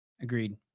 agreed